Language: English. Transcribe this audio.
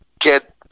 get